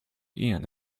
ian